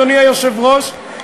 אדוני היושב-ראש,